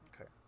okay